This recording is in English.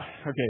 okay